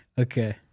Okay